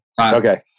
okay